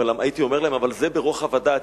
הייתי אומר להם: אבל זה ברוחב הדעת.